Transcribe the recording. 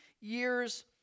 years